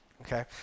Okay